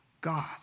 God